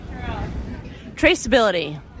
Traceability